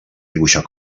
dibuixar